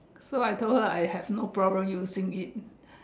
so I told her I have no problem using it